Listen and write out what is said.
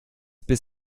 bis